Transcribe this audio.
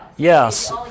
Yes